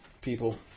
people